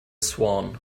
swan